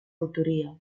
autoria